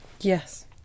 yes